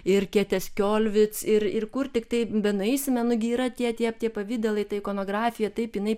ir ketės kiolvitc ir ir kur tiktai benueisime nu yra tie tie pavidalai ta ikonografija taip jinai